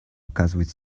оказывают